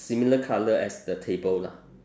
similar colour as the table lah